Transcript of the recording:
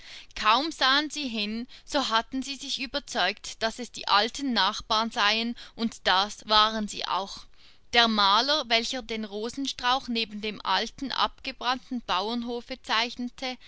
kaum sahen sie hin so hatten sie sich überzeugt daß es die alten nachbarn seien und das waren sie auch der maler welcher den rosenstrauch neben dem alten abgebrannten bauernhofe zeichnete